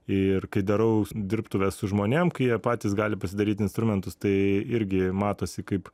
ir kai darau dirbtuves su žmonėm kai jie patys gali pasidaryt instrumentus tai irgi matosi kaip